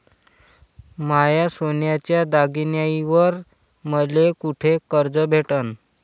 माया सोन्याच्या दागिन्यांइवर मले कुठे कर्ज भेटन?